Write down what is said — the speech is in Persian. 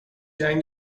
جنگ